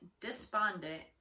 despondent